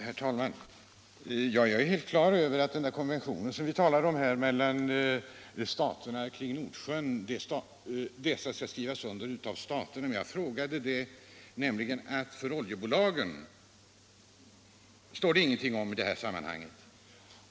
Herr talman! Jag är helt klar över att den konvention mellan staterna kring Nordsjön som vi talar om skall skrivas under av staterna, men min fråga gällde oljebolagen — om dem står det ingenting i svaret.